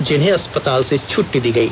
जिन्हें अस्पताल से छटटी दी गई